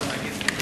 שהנגיד,